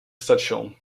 station